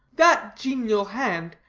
that genial hand,